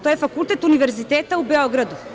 To je fakultet Univerziteta u Beogradu.